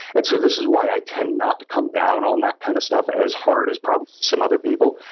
and so this is why i tend not to come down on that kind of stuff as hard as probably some other people.